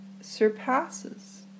Surpasses